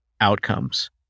outcomes